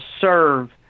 serve